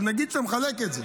אבל נגיד שאתה מחלק את זה.